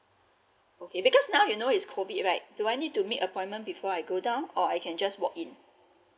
okay because now you know is COVID right do I need to make appointment before I go down or I can just walk in